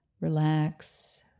relax